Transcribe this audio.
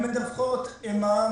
הם מדווחים מע"מ,